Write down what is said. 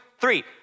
three